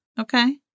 Okay